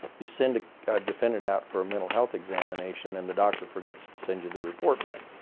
you send a defendant out for a mental health examination and the doctor forgets to send you the report back